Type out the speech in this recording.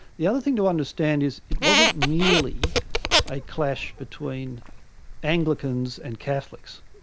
the other thing to understand is it wasn't merely a clash between anglicans and catholics.